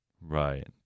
Right